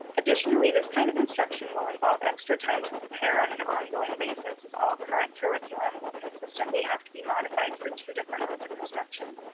additionally, this kind of instruction will involve extra time to prepare on an ongoing basis as all current curriculum will consistently have to be modified for two different modes of instruction.